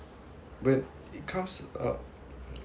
when it comes uh